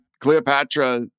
Cleopatra